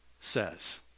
says